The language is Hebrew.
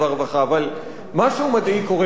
אבל משהו מדאיג קורה בכנסת,